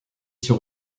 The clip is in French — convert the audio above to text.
sur